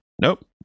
Nope